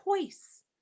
choice